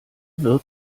wirt